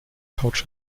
couch